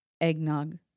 eggnog